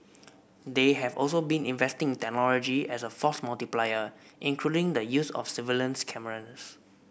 they have also been investing in technology as a force multiplier including the use of surveillance cameras